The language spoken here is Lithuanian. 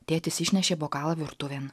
tėtis išnešė bokalą virtuvėn